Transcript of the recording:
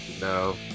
No